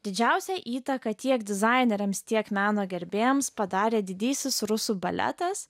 didžiausią įtaką tiek dizaineriams tiek meno gerbėjams padarė didysis rusų baletas